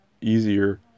easier